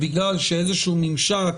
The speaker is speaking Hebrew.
בגלל שאיזה שהוא ממשק